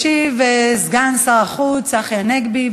ישיב סגן שר החוץ צחי הנגבי.